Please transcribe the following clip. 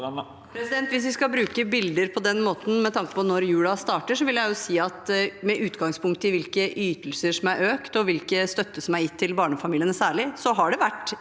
Hvis vi skal bru- ke bilder på den måten med tanke på når julen starter, vil jeg si at med utgangspunkt i hvilke ytelser som er økt, og særlig hvilken støtte som er gitt til barnefamiliene, har det vært